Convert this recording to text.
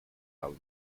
habe